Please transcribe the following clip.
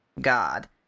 God